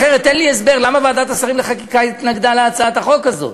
אחרת אין לי הסבר למה ועדת השרים לחקיקה התנגדה להצעת החוק הזאת.